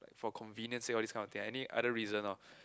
for convenience sake all these kind of thing and any other reason loh